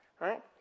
right